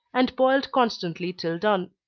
and boiled constantly till done.